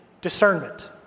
Discernment